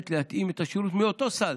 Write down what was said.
להתאים את השירות מאותו סל.